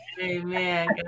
Amen